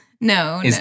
No